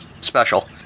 special